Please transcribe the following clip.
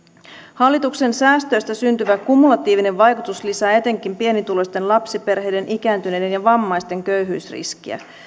hallituksen säästöistä syntyvä kumulatiivinen vaikutus lisää etenkin pienituloisten lapsiperheiden ikääntyneiden ja vammaisten köyhyysriskiä